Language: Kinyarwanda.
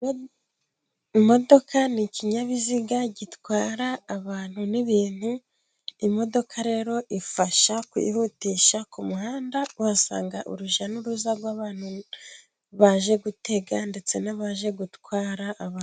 Imodoka ni ikinyabiziga gitwara abantu n'ibintu, imodoka rero, ifasha kwihutisha ku muhanda, uhasanga urujya n'uruza rw'abantu baje gutega ndetse n'abaje gutwara abantu.